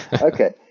okay